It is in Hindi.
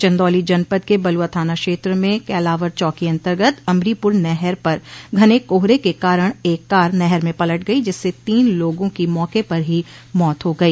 चन्दौली जनपद के बलुआ थाना क्षेत्र में कैलावर चौकी अन्तर्गत अमरीपुर नहर पर घने कोहरे के कारण एक कार नहर में पलट गई जिससे तीन लोगों की मौके पर ही मौत हो गई